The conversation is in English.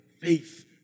faith